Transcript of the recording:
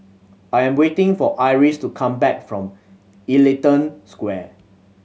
I am waiting for Iris to come back from Ellington Square